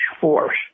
force